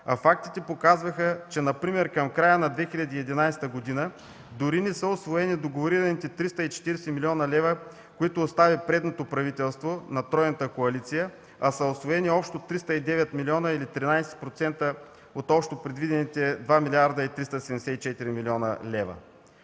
а фактите показваха, че например към края на 2011 г. дори не са усвоени договорираните 340 млн. лв., които остави предното правителство на тройната коалиция, а са усвоени общо 309 милиона или 13% от общо предвидените 2 млрд. 374 млн. лв.